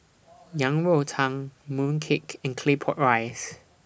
Yang Rou Tang Mooncake and Claypot Rice